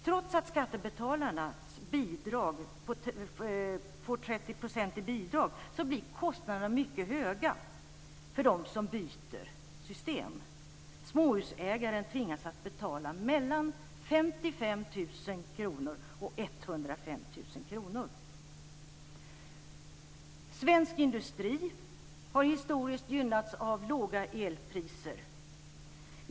Trots att skattebetalarna får 30 % i bidrag blir kostnaderna mycket höga för dem som byter system. Småhusägaren tvingas att betala mellan 55 000 och 105 000 kr. Svensk industri har historiskt gynnats av låga elpriser.